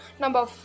number